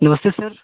नमस्ते सर